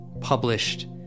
published